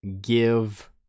give